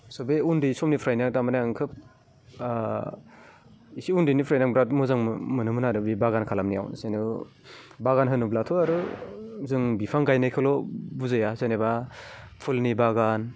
स' बे उन्दै समनिफ्रायनो तारमाने आं खोब एसे उन्दैनिफ्रायनो आं बिरात मोजां मोनोमोन आरो बे बागान खालामनायाव जेन' बागान होनोब्लाथ' आरो जों बिफां गायनायखौल' बुजाया जेनेबा फुलनि बागान